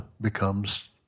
becomes